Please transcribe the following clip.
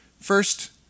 First